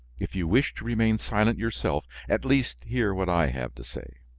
if you wish to remain silent yourself, at least hear what i have to say.